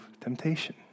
temptation